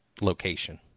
location